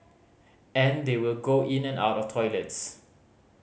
and they will go in and out of toilets